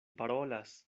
parolas